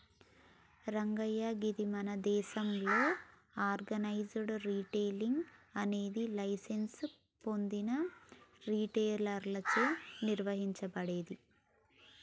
రంగయ్య గీది మన దేసంలో ఆర్గనైజ్డ్ రిటైలింగ్ అనేది లైసెన్స్ పొందిన రిటైలర్లచే నిర్వహించబడేది